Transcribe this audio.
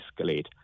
escalate